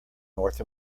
north